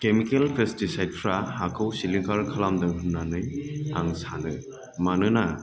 chemical पेस्टिसायडफ्रा हाखौ सिलिंखार खालामदों होननानै आं सानो मानोना